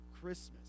Christmas